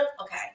Okay